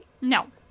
No